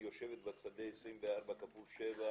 שיושבת בשדה 24 שעות,